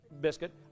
biscuit